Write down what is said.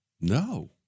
No